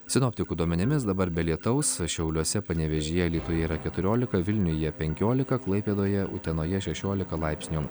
sinoptikų duomenimis dabar be lietaus šiauliuose panevėžyje alytuje yra keturiolika vilniuje penkiolika klaipėdoje utenoje šešiolika laipsnių